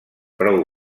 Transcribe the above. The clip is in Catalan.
prou